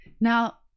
Now